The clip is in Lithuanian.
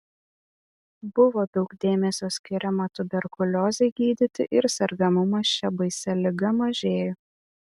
buvo daug dėmesio skiriama tuberkuliozei gydyti ir sergamumas šia baisia liga mažėjo